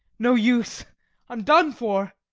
no use i'm done for.